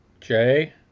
Jay